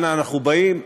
אנה אנחנו באים,